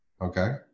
okay